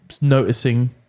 noticing